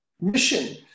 mission